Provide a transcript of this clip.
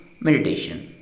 Meditation